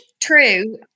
true